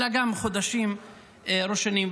אלא גם חודשים ראשונים.